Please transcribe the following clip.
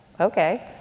okay